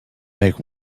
make